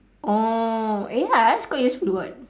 orh eh ya that's quite useful [what]